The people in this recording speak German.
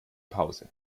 pause